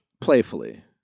playfully